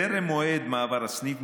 טרם מועד מעבר הסניף,